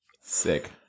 Sick